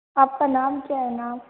आपका नाम क्या है नाम